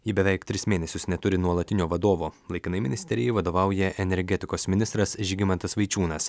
ji beveik tris mėnesius neturi nuolatinio vadovo laikinai ministerijai vadovauja energetikos ministras žygimantas vaičiūnas